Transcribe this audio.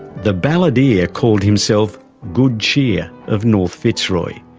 the balladeer called himself good cheer of north fitzroy,